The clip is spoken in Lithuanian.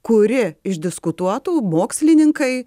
kuri išdiskutuotų mokslininkai